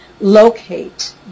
locate